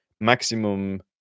maximum